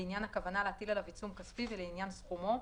לעניין הכוונה להטיל עליו עיצום כספי ולעניין סכומו,